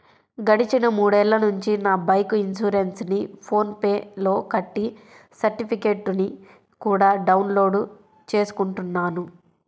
గడిచిన మూడేళ్ళ నుంచి నా బైకు ఇన్సురెన్సుని ఫోన్ పే లో కట్టి సర్టిఫికెట్టుని కూడా డౌన్ లోడు చేసుకుంటున్నాను